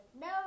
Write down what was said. No